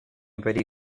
very